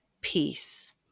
peace